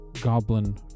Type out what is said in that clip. goblin